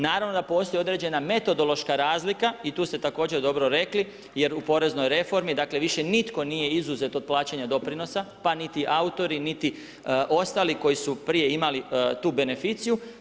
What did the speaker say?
Naravno da postoji određena metodološka razlika i tu ste također dobro rekli, jer u poreznoj reformi dakle više nitko nije izuzet od plaćanja doprinosa, pa niti autori, niti ostali koji su prije imali tu beneficiju.